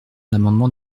l’amendement